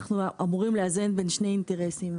אנחנו אמורים לאזן בין שני אינטרסים,